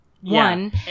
One